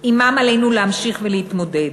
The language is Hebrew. ועמם עלינו להמשיך ולהתמודד.